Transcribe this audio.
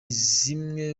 zimwe